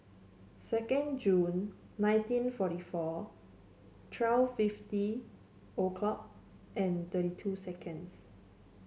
second June nineteen forty four twelve fifty a clock and thirty two seconds